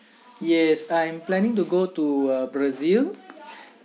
yes I am planning to go to uh brazil